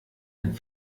ein